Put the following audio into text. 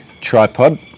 tripod